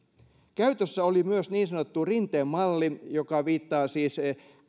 käytössä oli myös niin sanottu rinteen malli joka viittaa siis